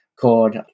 called